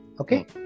Okay